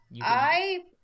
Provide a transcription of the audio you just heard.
I-